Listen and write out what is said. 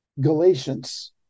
Galatians